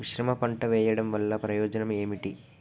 మిశ్రమ పంట వెయ్యడం వల్ల ప్రయోజనం ఏమిటి?